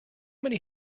many